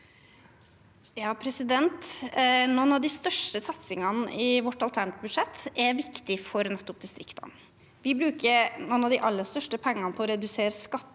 (V) Noen av de største sat- singene i vårt alternative budsjett er viktig for nettopp distriktene. Vi bruker noen av de aller største pengene på å redusere skatter